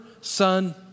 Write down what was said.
Son